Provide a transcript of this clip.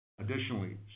Additionally